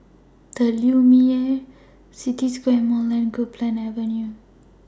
The Lumiere City Square Mall and Copeland Avenue